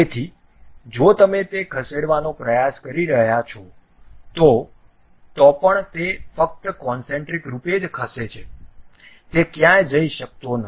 તેથી જો તમે તે ખસેડવાનો પ્રયાસ કરી રહ્યાં છો તો પણ તે ફક્ત કોનસેન્ટ્રિક રૂપે ખસે છે તે ક્યાંય જઇ શકતો નથી